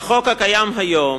לפי החוק הקיים היום,